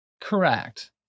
Correct